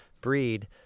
breed